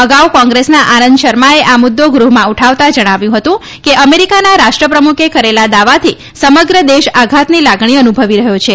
અગાઉ કોંગ્રેસના આનંદ શર્માએ આ મુદ્દો ગૃહમાં ઉઠાવતા જણાવ્યું હતું કે અમેરીકાના રાષ્ટ્રપ્રમુખે કરેલા દાવાથી સમગ્ર દેશ આઘાતની લાગણી અનુભવી રહ્યો છે